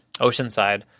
Oceanside